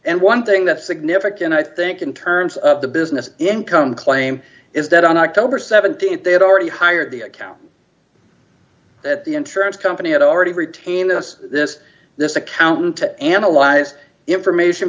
and one thing that's significant i think in terms of the business income claim is that on october th they had already hired the accountant that the insurance company had already retained this this this accountant to analyze information